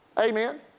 Amen